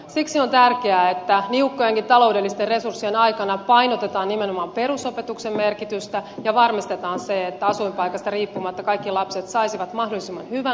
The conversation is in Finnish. siksi on tärkeää että niukkojenkin taloudellisten resurssien aikana painotetaan nimenomaan perusopetuksen merkitystä ja varmistetaan se että asuinpaikasta riippumatta kaikki lapset saisivat mahdollisimman hyvän opetuksen